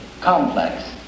complex